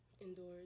indoors